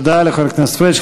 תודה לחבר הכנסת פריג'.